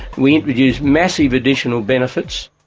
we introduced massive additional benefits.